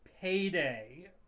Payday